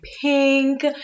pink